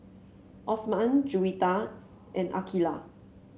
Osman Juwita and Aqilah